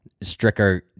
Stricker